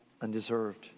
undeserved